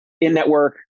in-network